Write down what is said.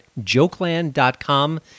jokeland.com